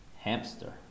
Hamster